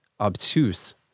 obtuse